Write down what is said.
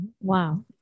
Wow